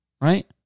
right